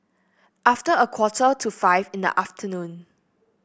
after a quarter to five in the afternoon